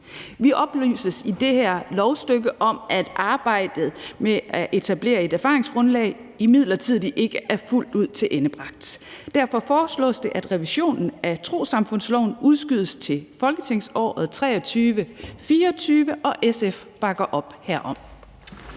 Vi oplyses i det her lovstykke om, at arbejdet med at etablere et erfaringsgrundlag imidlertid ikke er fuldt ud tilendebragt. Derfor foreslås det, at revisionen af trossamfundsloven udskydes til folketingsåret 2023-24, og SF bakker op herom.